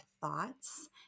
thoughts